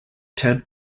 ted